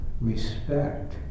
respect